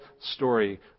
story